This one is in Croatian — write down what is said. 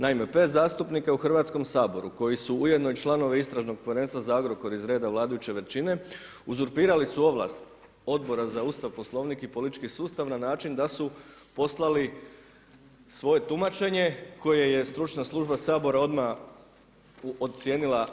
Naime, pet zastupnika u Hrvatskom saboru koji su ujedno i članovi Istražnog povjerenstva za Agrokor iz vladajuće većine uzurpirali su ovlast odbora za Ustav, Poslovnik i politički sustav na način da su poslali svoje tumačenje koje je stručna služba Sabora odmah ocijenila ispravnim.